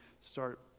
start